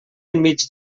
enmig